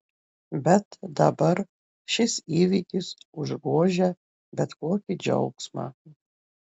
bet dabar šis įvykis užgožia bet kokį džiaugsmą